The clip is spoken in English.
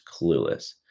clueless